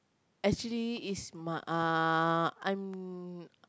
actually is my ah I'm